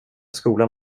skolan